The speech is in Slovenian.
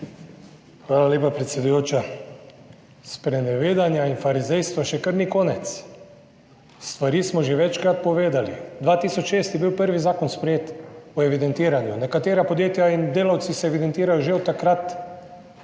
Hvala lepa, predsedujoča. Sprenevedanja in farizejstva še kar ni konec, stvari smo že večkrat povedali. Leta 2006 je bil sprejet prvi zakon o evidentiranju, nekatera podjetja in delavci se evidentirajo že od takrat,